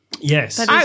Yes